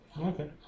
Okay